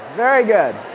very good.